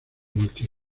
multi